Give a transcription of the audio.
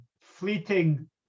fleeting